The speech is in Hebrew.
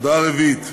הודעה רביעית: